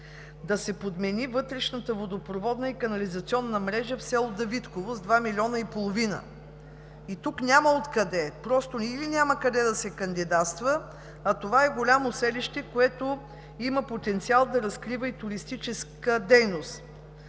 Да се подмени вътрешната водопроводна и канализационна мрежа в село Давидково с 2,5 млн. лв. Тук просто няма откъде, или няма къде да се кандидатства, а това е голямо селище, което има потенциал да разкрива и туристическа дейност.